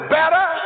better